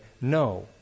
no